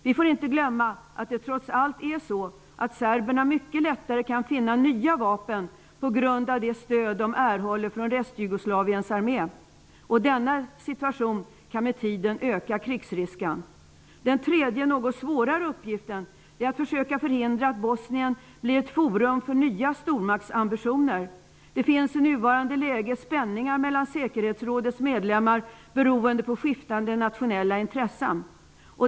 Vi får inte glömma att det trots allt är så, att serberna mycket lättare kan finna nya vapen på grund av det stöd de erhåller från Restjugoslaviens armé. Denna situation kan med tiden öka krigsrisken. Den tredje, något svårare, uppgiften är att försöka förhindra att Bosnien blir ett forum för nya stormaktsambitioner. Det finns i nuvarande läge spänningar mellan säkerhetsrådets medlemmar beroende på skiftande nationella intressen.